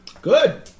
Good